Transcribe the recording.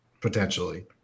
potentially